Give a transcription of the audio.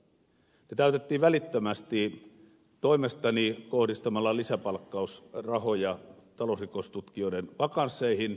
ne täytettiin välittömästi toimestani kohdistamalla lisäpalkkausrahoja talousrikostutkijoiden vakansseihin